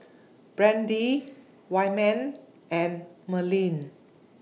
Brandie Wyman and Merlene